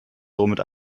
somit